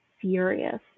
furious